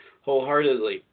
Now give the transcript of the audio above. wholeheartedly